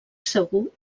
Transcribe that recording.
segur